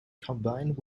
combined